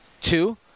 Two